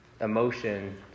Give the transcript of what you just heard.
Emotion